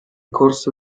corso